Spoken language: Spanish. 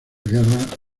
guerra